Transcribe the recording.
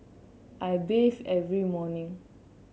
I bathe every morning